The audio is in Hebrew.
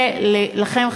ולכם,